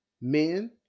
Men